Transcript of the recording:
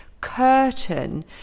curtain